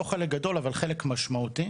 לא חלק גדול אבל חלק משמעותי,